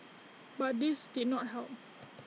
but this did not help